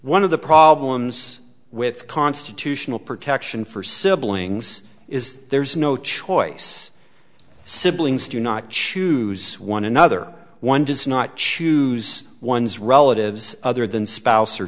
one of the problems with constitutional protection for siblings is there's no choice siblings do not choose one another one does not choose one's relatives other than spouse or